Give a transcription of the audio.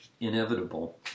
inevitable